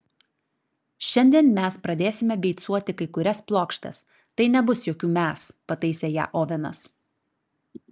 šiandien mes pradėsime beicuoti kai kurias plokštes tai nebus jokių mes pataisė ją ovenas